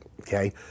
okay